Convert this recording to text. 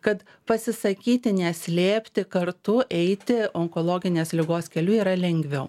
kad pasisakyti neslėpti kartu eiti onkologinės ligos keliu yra lengviau